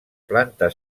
planta